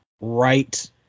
right